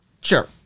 Sure